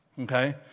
Okay